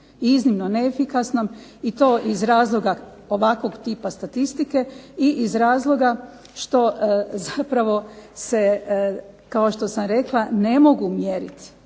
iznimno neefikasnom, i to iz razloga ovakvog tipa statistike i iz razloga što zapravo se kao što sam rekla ne mogu mjeriti